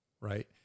right